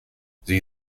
sie